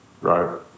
right